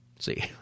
See